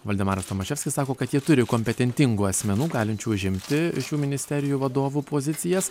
valdemaras tomaševskis sako kad jie turi kompetentingų asmenų galinčių užimti šių ministerijų vadovų pozicijas